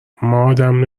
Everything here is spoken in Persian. ادم